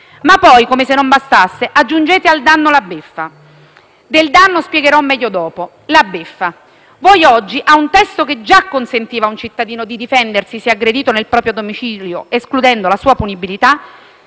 Ma poi, come se non bastasse, aggiungete al danno la beffa. Del danno spiegherò meglio dopo. La beffa: voi oggi, a un testo che già consentiva a un cittadino di difendersi se aggredito nel proprio domicilio, escludendo la sua punibilità,